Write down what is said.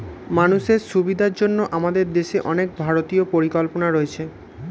মানুষের সুবিধার জন্য আমাদের দেশে অনেক ভারতীয় পরিকল্পনা রয়েছে